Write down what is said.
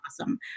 awesome